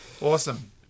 Awesome